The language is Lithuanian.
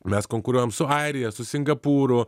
mes konkuruojam su airija su singapūru